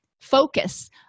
focus